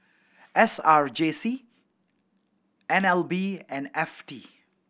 S R J C N L B and F T